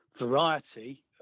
variety